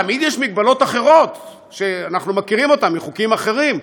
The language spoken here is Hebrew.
תמיד יש מגבלות אחרות שאנחנו מכירים אותן מחוקים אחרים,